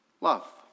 Love